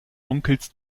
onkels